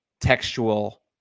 textual